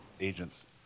agents